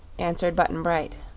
answered button-bright.